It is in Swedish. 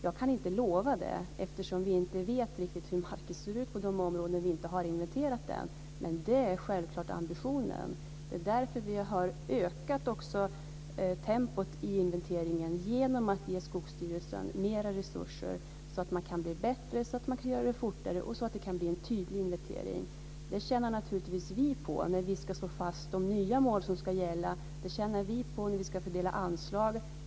Jag kan inte lova det, eftersom vi inte vet hur marken ser ut på de områden som ännu inte har inventerats. Men detta är självklart vår ambition. Det är därför som man har ökat tempot i inventeringen. Vi ger nu Skogsstyrelsen mera resurser så att man kan bli bättre, snabbare och tydligare. Det tjänar vi på när vi ska slå fast de nya mål som ska gälla och när vi ska fördela anslag.